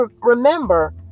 remember